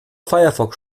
firefox